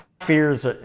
fears